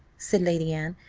said lady anne,